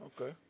Okay